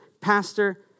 pastor